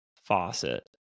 faucet